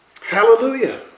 Hallelujah